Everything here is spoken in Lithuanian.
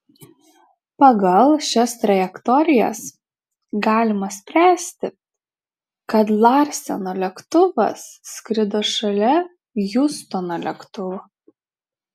pagal šias trajektorijas galima spręsti kad larseno lėktuvas skrido šalia hiustono lėktuvo